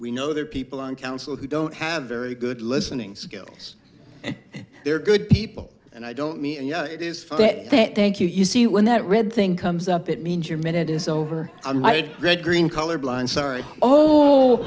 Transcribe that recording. we know there are people on council who don't have very good listening skills and they're good people and i don't mean you know it is fat that thank you you see when that red thing comes up it means you're minute is over i'm my red green color blind sorry